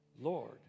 Lord